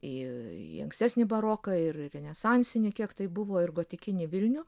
į į ankstesnį baroką ir renesansinį kiek tai buvo ir gotikinį vilnių